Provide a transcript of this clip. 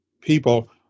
people